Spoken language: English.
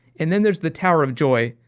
and then there's the tower of joy,